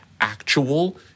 actual